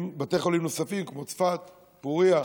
נוספים רבים, כמו צפת, פוריה,